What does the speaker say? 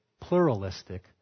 pluralistic